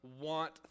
want